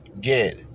get